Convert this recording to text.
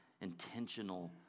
intentional